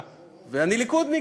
ואני ליכודניק.